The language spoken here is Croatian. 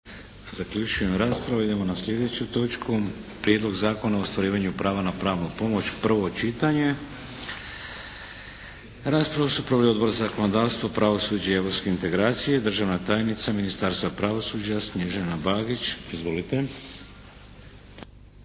Vladimir (HDZ)** Idemo na sljedeću točku - Prijedlog Zakona o ostvarivanju prava na pravnu pomoć, prvo čitanje, P.Z.E. br. 738 Raspravu su proveli Odbor za zakonodavstvo, pravosuđe i europske integracije. Državna tajnica Ministarstva pravosuđa Snježana Bagić. Izvolite!